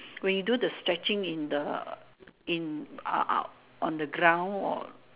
when you do the stretching in the in ah on the ground or